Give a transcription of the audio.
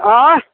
आँय